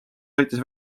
sõitis